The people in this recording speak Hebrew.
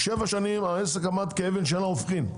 שבע שנים העסק עמד כאבן שאין לה הופכין.